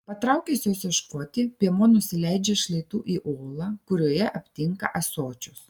patraukęs jos ieškoti piemuo nusileidžia šlaitu į olą kurioje aptinka ąsočius